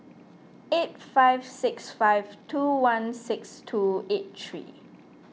eight five six five two one six two eight three